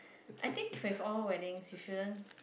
I think with all weeding we shouldn't